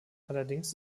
allerdings